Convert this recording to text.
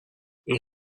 این